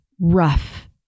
rough